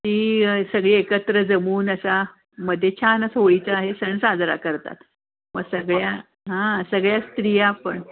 ती सगळी एकत्र जमून असा मध्ये छान असं होळीचा हे सण साजरा करतात मग सगळ्या हां सगळ्या स्त्रिया पण